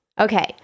Okay